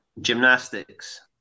Gymnastics